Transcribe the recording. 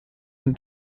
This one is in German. und